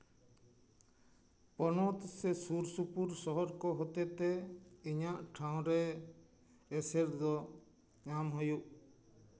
ᱯᱚᱱᱚᱛ ᱥᱮ ᱥᱩᱨᱼᱥᱩᱯᱩᱨ ᱥᱚᱦᱚᱨ ᱠᱚ ᱦᱚᱛᱮ ᱛᱮ ᱤᱧᱟᱹᱜ ᱴᱷᱟᱶ ᱨᱮ ᱮᱥᱮᱨ ᱫᱚ ᱧᱟᱢ ᱦᱩᱭᱩᱜ